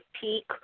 peak